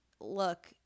look